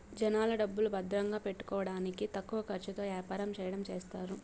జనాల డబ్బులు భద్రంగా పెట్టుకోడానికి తక్కువ ఖర్చుతో యాపారం చెయ్యడం చేస్తారు